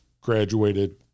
graduated